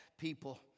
people